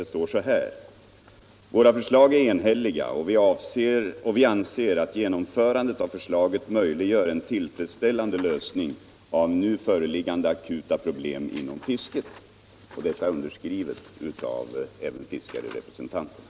Där står det: ”Våra förslag är enhälliga och vi anser att genomförandet av förslaget möjliggör en tillfredsställande lösning av nu föreliggande akuta problem inom fisket.” — Detta är alltså underskrivet även av fiskarrepresentanterna.